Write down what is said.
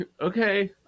Okay